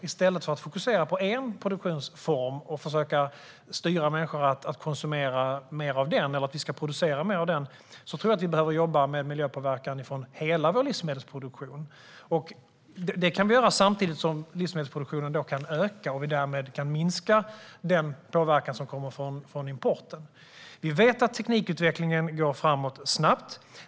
I stället för att fokusera på en produktionsform och försöka styra att människor ska konsumera eller producera mer av den tror jag att vi behöver jobba med miljöpåverkan från hela vår livsmedelsproduktion. Det kan vi göra samtidigt som livsmedelsproduktionen kan öka och vi därmed kan minska den påverkan som kommer från importen. Vi vet att teknikutvecklingen går framåt snabbt.